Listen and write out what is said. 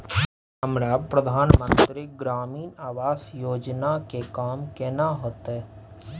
हमरा प्रधानमंत्री ग्रामीण आवास योजना के काम केना होतय?